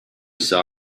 saw